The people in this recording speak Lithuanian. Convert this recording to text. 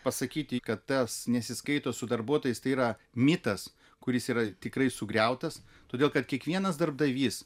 pasakyti kad tas nesiskaito su darbuotojais tai yra mitas kuris yra tikrai sugriautas todėl kad kiekvienas darbdavys